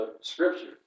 Scripture